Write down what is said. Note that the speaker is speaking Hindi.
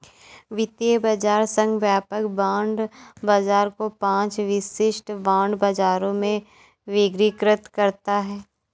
वित्तीय बाजार संघ व्यापक बांड बाजार को पांच विशिष्ट बांड बाजारों में वर्गीकृत करता है